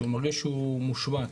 שהוא מרגיש שהוא מושמץ,